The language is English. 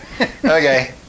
Okay